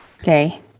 Okay